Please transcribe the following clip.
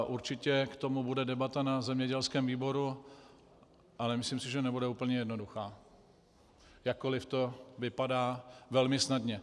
Určitě k tomu bude debata na zemědělském výboru a nemyslím si, že bude úplně jednoduchá, jakkoli to vypadá velmi snadně.